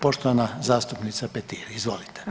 Poštovana zastupnica Petir, izvolite.